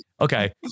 Okay